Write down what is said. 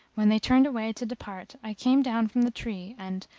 when they turned away to depart, i came down from the tree and,